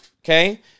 okay